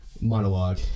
monologue